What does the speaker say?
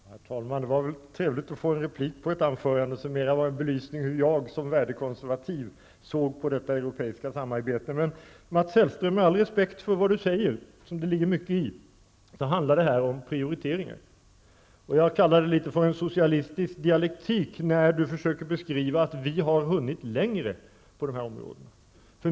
Herr talman! Det var trevligt att få replik på ett anförande, som mera var en belysning av hur jag som värdekonservativ ser på detta europeiska samarbete. Men, Mats Hellström, med all respekt för vad ni säger, som det ligger mycket i, handlar det här om prioriteringar. Jag kallar det för något av en socialistisk dialektik när ni försöker förklara att vi har hunnit längre än andra på de här områdena.